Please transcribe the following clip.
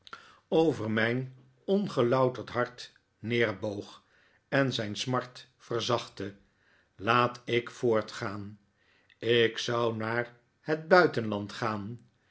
over mijn ongelouterd hart neerboog en zijn smart verzachtte laat ik voortgaan ik zou naar het buitenland gaan